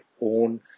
own